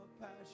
passion